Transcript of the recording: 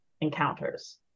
encounters